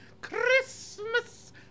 Christmas